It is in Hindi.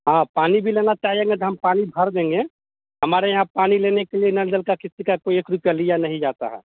हाँ पानी भी लेना चाहेंगे तो हम पानी भर देंगे हमारे यहाँ पानी लेने के लिए नल जल का किसी का कोई एक रुपये लिया नहीं जाता है